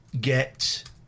get